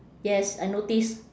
yes I notice